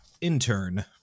intern